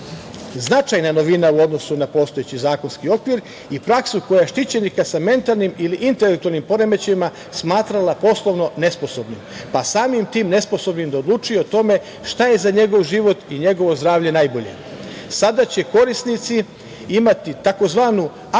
značajna novina u odnosu na postojeći zakonski okvir i praksu koja je štićenika sa mentalnim ili intelektualnim poremećajima smatrala poslovno nesposobnim, pa samim tim nesposobnim da odlučuje o tome šta je za njegov život i njegovo zdravlje najbolje. Sada će korisnici imati takozvanu aktivnu